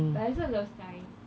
but I also love science